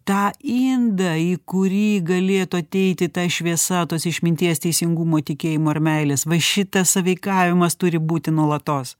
tą indą į kurį galėtų ateiti ta šviesa tos išminties teisingumo tikėjimo ir meilės va šitas sąveikavimas turi būti nuolatos